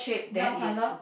brown colour